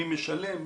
מי משלם,